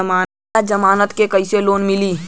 बिना जमानत क कइसे लोन मिली?